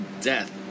death